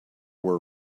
were